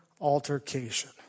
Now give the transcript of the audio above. altercation